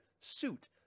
suit